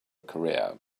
career